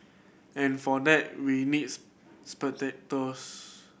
and for that we needs spectators